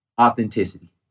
authenticity